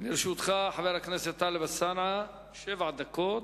לרשותך, חבר הכנסת אלסאנע, שבע דקות.